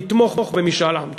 לתמוך במשאל עם.